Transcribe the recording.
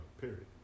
period